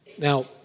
Now